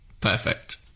Perfect